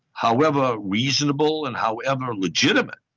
however reasonable and however legitimate,